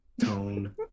tone